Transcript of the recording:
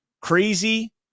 crazy